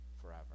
forever